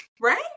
Right